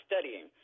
studying